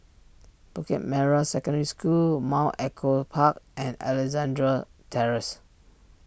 Bukit Merah Secondary School Mount Echo Park and Alexandra Terrace